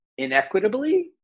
inequitably